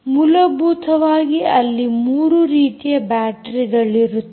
ಮೂಲಭೂತವಾಗಿ ಅಲ್ಲಿ 3 ರೀತಿಯ ಟ್ಯಾಗ್ಗಳಿರುತ್ತವೆ